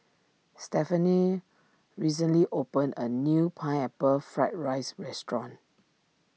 Stephaine recently opened a new Pineapple Fried Rice restaurant